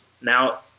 Now